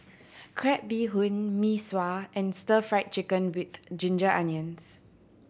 crab bee hoon Mee Sua and Stir Fried Chicken With Ginger Onions